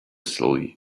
slowly